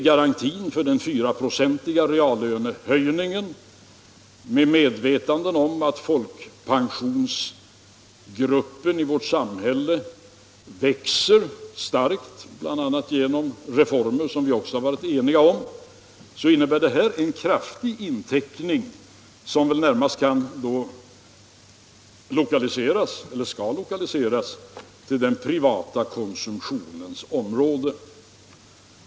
Garantin för en fyraprocentig reallönehöjning och det förhållandet att folkpensionsgruppen i vårt samhälle växer starkt, bl.a. genom reformer som vi också har varit eniga om, innebär en kraftig inteckning som väl närmast skall lokaliseras till den privata konsumtionens område.